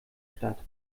statt